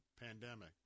pandemic